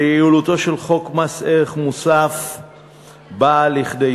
ויעילותו של חוק מס ערך מוסף באה לידי